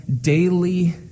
daily